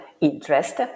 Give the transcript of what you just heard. interest